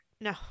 No